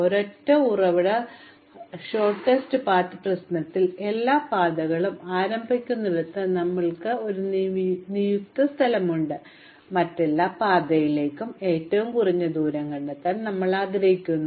ഒരൊറ്റ ഉറവിട ഹ്രസ്വമായ പാത്ത് പ്രശ്നത്തിൽ ഞങ്ങളുടെ എല്ലാ പാതകളും ആരംഭിക്കുന്നിടത്ത് നിന്ന് ഞങ്ങൾക്ക് ഒരു നിയുക്ത സ്ഥലമുണ്ട് മറ്റെല്ലാ പാതയിലേക്കും ഏറ്റവും കുറഞ്ഞ ദൂരം കണ്ടെത്താൻ ഞങ്ങൾ ആഗ്രഹിക്കുന്നു